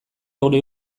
hori